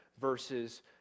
versus